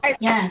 Yes